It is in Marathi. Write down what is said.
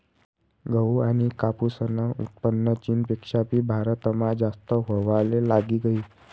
गहू आनी कापूसनं उत्पन्न चीनपेक्षा भी भारतमा जास्त व्हवाले लागी गयी